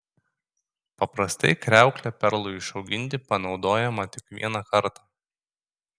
paprastai kriauklė perlui išauginti panaudojama tik vieną kartą